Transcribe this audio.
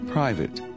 Private